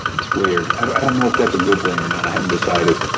it's weird. i don't know if that's a good thing or not. i haven't decided.